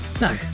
No